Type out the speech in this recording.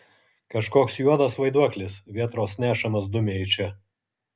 kažkoks juodas vaiduoklis vėtros nešamas dumia į čia